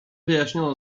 wyjaśniono